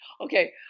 okay